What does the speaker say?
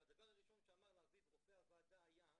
שהדבר הראשון שאמר רופא הוועדה לאביו היה: